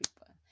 people